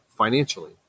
financially